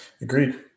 Agreed